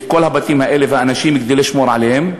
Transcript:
את כל הבתים האלה והאנשים כדי לשמור עליהם,